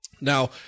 now